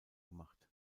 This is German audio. gemacht